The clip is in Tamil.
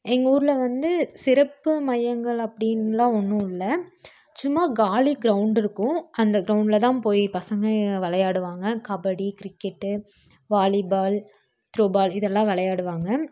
எங்கள் ஊரில் வந்து சிறப்பு மையங்கள் அப்டின்னுலாம் ஒன்றும் இல்லை சும்மா காலி கிரௌண்டு இருக்கும் அந்த கிரௌண்டில் தான் போய் பசங்கள் விளையாடுவாங்க கபடி கிரிக்கெட்டு வாலிபால் த்ரோபால் இதெல்லாம் விளையாடுவாங்க